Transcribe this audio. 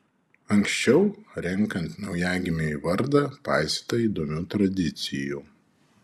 anksčiau renkant naujagimiui vardą paisyta įdomių tradicijų